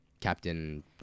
Captain